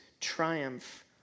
triumph